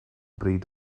bryd